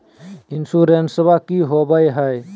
इंसोरेंसबा की होंबई हय?